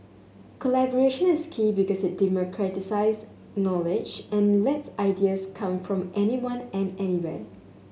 collaboration is key because it democratises knowledge and lets ideas come from anyone and anywhere